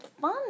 Fun